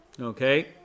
Okay